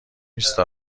نیست